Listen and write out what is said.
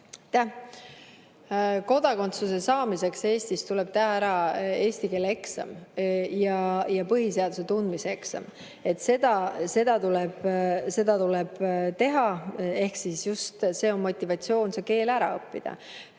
Kodakondsuse saamiseks Eestis tuleb teha ära eesti keele eksam ja põhiseaduse tundmise eksam. Seda tuleb teha. Ehk siis just see on motivatsioon keel ära õppida.